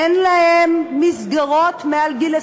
אין להם מסגרות מעל גיל 21,